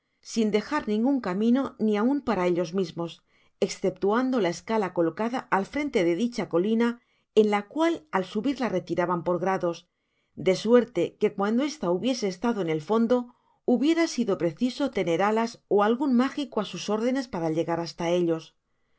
sin dejar ningun camino ni aun para ellos mismos esceptuando la escala colocada al frente de dicha colina en la cual al subir la retiraban por grados de suerte que cuando esta hubiese estado en el fondo hubiera sido preciso tener alas ó algun mágico á sus órdenes para llegar hasta ellos